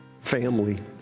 family